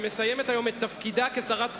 שמסיימת היום את תפקידה כשרת החוץ,